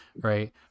right